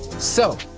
so.